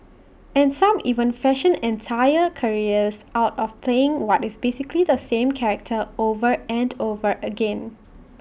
and some even fashion entire careers out of playing what is basically the same character over and over again